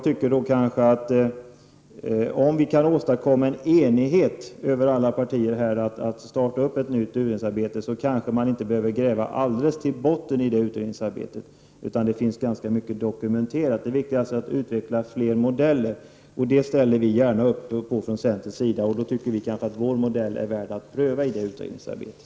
Om man kan åstadkomma en enighet över alla partier om att starta ett nytt utredningsarbete, kanske man inte behöver gå ända till botten i det utredningsarbetet. Det finns ganska mycket dokumenterat. Det viktiga är alltså att utveckla fler modeller. Det ställer vi gärna upp på från centerns sida. Och vi tycker att vår modell är värd att pröva i det utredningsarbetet.